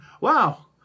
wow